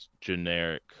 generic